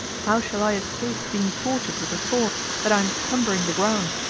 how shall i escape being tortured with the thought that i am cumbering the ground?